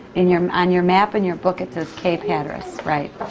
in your on your map in your book it says cape hatteras, right.